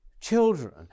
children